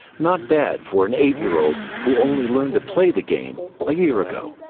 not bad for an eight year old who only learned to play the game a year ago.